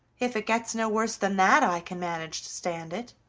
if it gets no worse than that i can manage to stand it,